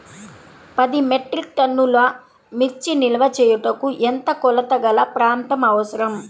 పది మెట్రిక్ టన్నుల మిర్చి నిల్వ చేయుటకు ఎంత కోలతగల ప్రాంతం అవసరం?